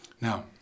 Now